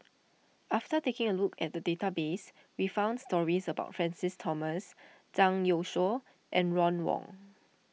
after taking a look at the database we found stories about Francis Thomas Zhang Youshuo and Ron Wong